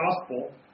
gospel